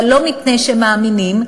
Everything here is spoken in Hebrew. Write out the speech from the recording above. אבל לא מפני שהם מאמינים.